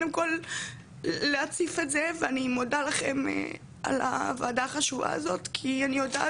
כי אני יודעת שיש כמוני עוד המון שנפגעים על בסיס יומיומי.